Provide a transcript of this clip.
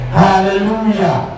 hallelujah